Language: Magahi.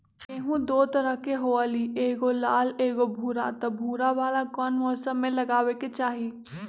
गेंहू दो तरह के होअ ली एगो लाल एगो भूरा त भूरा वाला कौन मौसम मे लगाबे के चाहि?